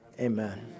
amen